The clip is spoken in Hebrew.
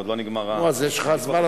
יואל חסון,